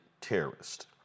terrorist